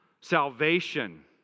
salvation